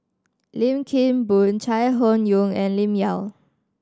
Lim Kim Boon Chai Hon Yoong and Lim Yau